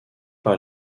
par